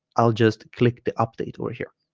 i'll just click the update over here